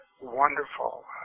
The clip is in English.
wonderful